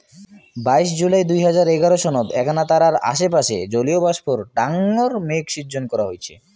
বাইশ জুলাই দুই হাজার এগারো সনত এ্যাকনা তারার আশেপাশে জলীয়বাষ্পর ডাঙর মেঘ শিজ্জন করা হইচে